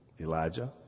Elijah